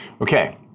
Okay